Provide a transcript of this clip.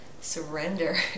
surrender